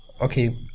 Okay